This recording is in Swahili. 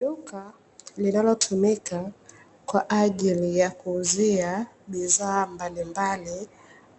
Eneo linalotumika kwa ajili ya kuuzia bidhaa mbalimbali